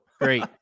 Great